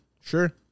Sure